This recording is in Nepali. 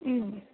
उम्